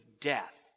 death